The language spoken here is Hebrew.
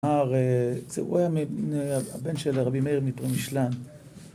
הוא היה בן של רבי מאיר מפרמישלן.